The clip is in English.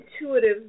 intuitive